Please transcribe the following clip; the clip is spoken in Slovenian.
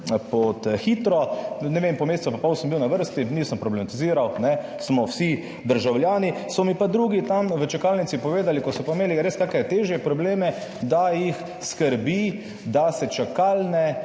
hitro, ne vem, po mesecu pa pol sem bil na vrsti, nisem problematiziral, smo vsi državljani, so mi pa drugi tam v čakalnici povedali, ki so pa imeli res kake težje probleme, da jih skrbi, da se čakalne